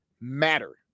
matter